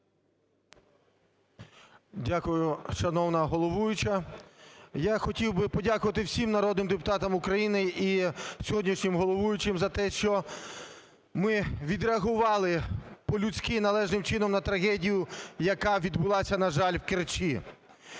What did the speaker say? Дякую, шановна головуюча. Я хотів би подякувати всім народним депутатам України і сьогоднішнім головуючим за те, що ми відреагували по-людськи, належним чином на трагедію, яка відбулася, на жаль, в Керчі.